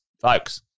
folks